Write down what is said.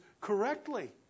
correctly